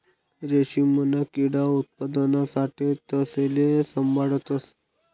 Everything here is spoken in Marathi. रेशीमना किडा उत्पादना साठे तेसले साभाळतस